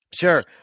Sure